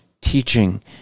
teaching